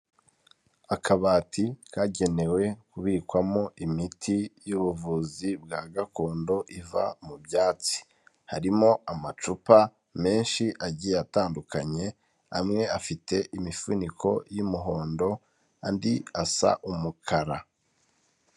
Akabati kagenewe kubikwamo imiti y'ubuvuzi bwa gakondo iva mu byatsi, harimo amacupa menshi agiye atandukanye amwe afite imifuniko y'umuhondo andi asa umukara.